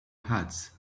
hats